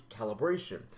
calibration